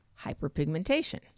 hyperpigmentation